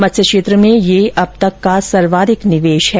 मत्स्य क्षेत्र में यह अब तक का सर्वाधिक निवेश है